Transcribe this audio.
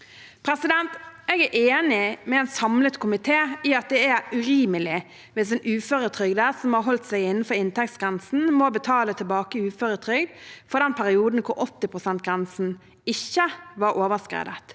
uføretrygd. Jeg er enig med en samlet komité i at det er urimelig hvis en uføretrygdet som har holdt seg innenfor inntektsgrensen, må betale tilbake uføretrygd for den perioden hvor 80 pst-grensen ikke var overskredet.